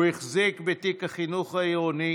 הוא החזיק בתיק החינוך העירוני